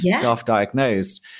self-diagnosed